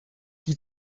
die